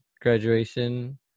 graduation